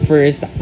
First